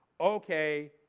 Okay